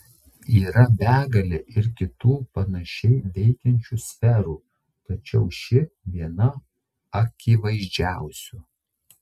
yra begalė ir kitų panašiai veikiančių sferų tačiau ši viena akivaizdžiausių